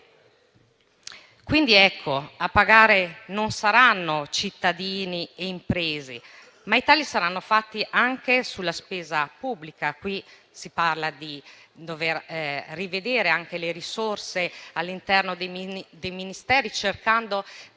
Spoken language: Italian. A pagare non saranno cittadini e imprese, ma i tagli saranno fatti anche sulla spesa pubblica. Qui si parla di dover rivedere anche le risorse all'interno dei Ministeri, utilizzando la